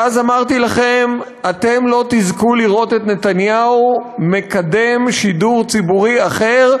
ואז אמרתי לכם: אתם לא תזכו לראות את נתניהו מקדם שידור ציבורי אחר,